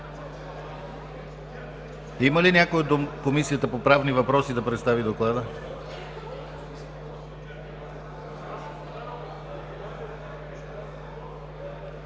Има ли някой от Комисията по правни въпроси да представи доклада?